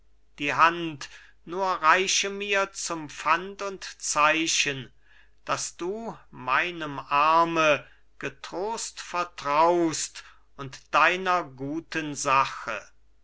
die hand nur reiche mir zum pfand und zeichen daß du meinem arme getrost vertraust und deiner guten sache